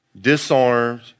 disarmed